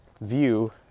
view